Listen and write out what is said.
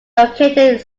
located